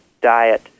Diet